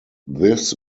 this